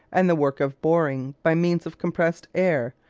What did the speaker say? and the work of boring by means of compressed air,